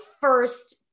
first